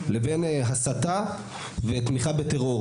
לבין הסתה ותמיכה בטרור,